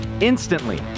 instantly